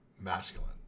masculine